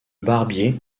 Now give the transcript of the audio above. barbier